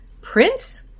prince